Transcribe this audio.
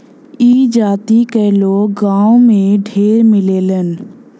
ई जाति क लोग गांव में ढेर मिलेलन